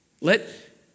Let